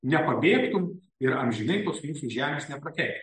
nepabėgtum ir amžinai tos žemės neprakeiktum